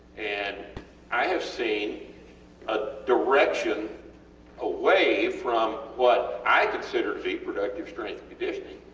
and i have seen a direction away from what i consider to be productive strength and conditioning.